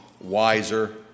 wiser